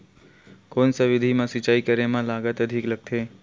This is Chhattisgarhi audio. कोन सा विधि म सिंचाई करे म लागत अधिक लगथे?